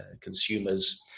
consumers